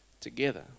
together